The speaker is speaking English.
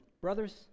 Brothers